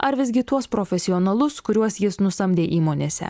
ar visgi tuos profesionalus kuriuos jis nusamdė įmonėse